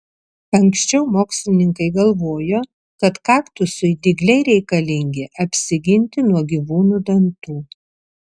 anksčiau mokslininkai galvojo kad kaktusui dygliai reikalingi apsiginti nuo gyvūnų dantų